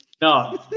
No